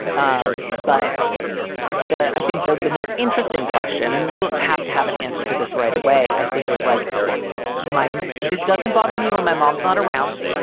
um but i think the the more interesting question and you don't have to have an answer to this right away, i think is like my. this doesn't bother me when my mom's not around.